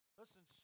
listen